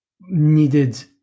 needed